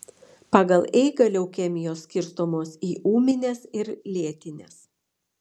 pagal eigą leukemijos skirstomos į ūmines ir lėtines